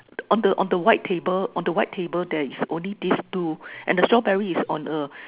on the on the white table on the white table there is only these two and the strawberry is on the